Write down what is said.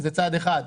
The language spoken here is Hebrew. זה צעד אחד.